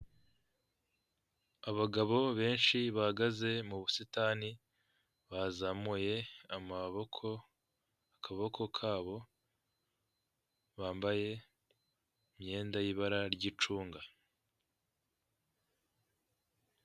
Abagabo benshi bahagaze mu busitani bazamuye amaboko akaboko kabo bambaye imyenda y'ibara ry'icunga.